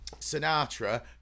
Sinatra